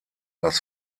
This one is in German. das